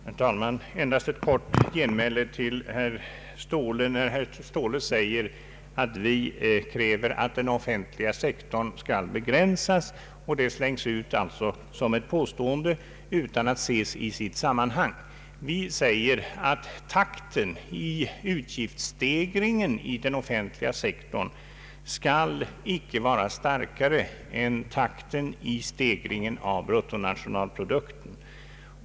Herr talman! Endast ett kort genmäle till herr Ståhles yttrande att vi kräver att den offentliga sektorn skall begränsas. Detta slängs ut som ett påstående utan att ses i sitt sammanhang. Vi säger att takten i utgiftsstegringen på den offentliga sektorn icke skall vara starkare än stegringstakten av bruttonationalprodukten.